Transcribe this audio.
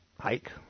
hike